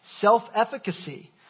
Self-efficacy